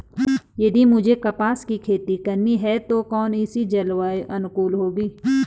यदि मुझे कपास की खेती करनी है तो कौन इसी जलवायु अनुकूल होगी?